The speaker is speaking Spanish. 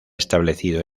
establecido